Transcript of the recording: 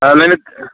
నేనే